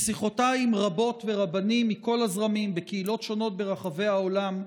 משיחותיי עם רבות ורבנים מכל הזרמים בקהילות שונות ברחבי העולם,